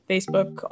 Facebook